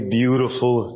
beautiful